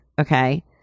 Okay